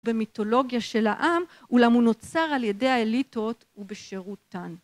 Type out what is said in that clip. במיתולוגיה של העם, אולם הוא נוצר על ידי האליטות ובשירותן.